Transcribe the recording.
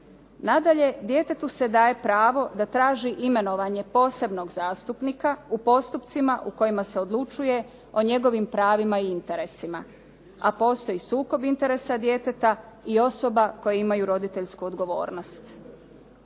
Nadalje, djetetu se daje pravo da traži imenovanje posebnog zastupnika u postupcima u kojima se odlučuje o njegovim pravima i interesima, a postoji sukob interesa djeteta i osoba koje imaju roditeljsku odgovornost.